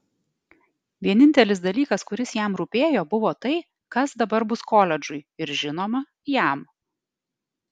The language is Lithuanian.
vienintelis dalykas kuris jam rūpėjo buvo tai kas dabar bus koledžui ir žinoma jam